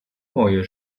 moje